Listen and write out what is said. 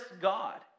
God